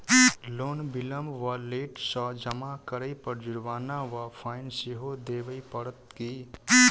Loan विलंब वा late सँ जमा करै पर जुर्माना वा फाइन सेहो देबै पड़त की?